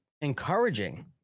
encouraging